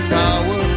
power